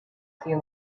few